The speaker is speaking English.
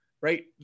right